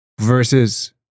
Versus